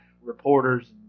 reporters